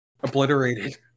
Obliterated